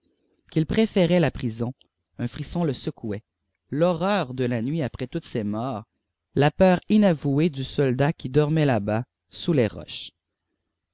qu'il préférait la prison un frisson le secouait l'horreur de la nuit après toutes ces morts la peur inavouée du petit soldat qui dormait là-bas sous les roches